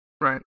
Right